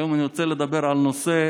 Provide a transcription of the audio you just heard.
היום אני רוצה לדבר על נושא